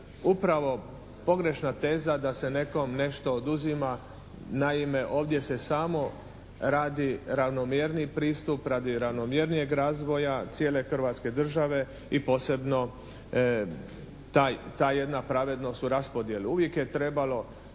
upravo pogrešna teza da se nekom nešto oduzima. Naime, ovdje se samo radi ravnomjerniji pristup radi ravnomjernijeg razvoja cijele Hrvatske države i posebno ta jedna pravednost u raspodjeli. Uvijek je trebalo